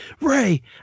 Ray